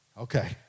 Okay